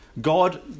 God